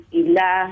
ila